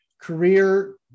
career